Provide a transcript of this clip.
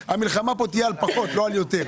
המלחמה פה תהיה על פחות ולא על יותר.